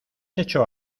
hecho